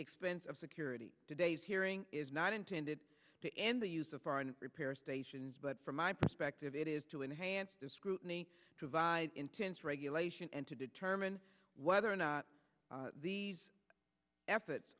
expense of security today's hearing is not intended to end the use of foreign repair stations but from my perspective it is to enhance the scrutiny provide intense regulation and to determine whether or not these efforts